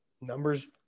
Number's